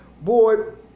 Board